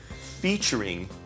featuring